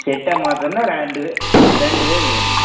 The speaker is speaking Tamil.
செட்டை மாற்றணுன்னா ரெண்டு பே ரெண்டு பேர் வேணும்